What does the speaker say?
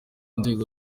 nzego